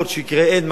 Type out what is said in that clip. אין משהו אחר,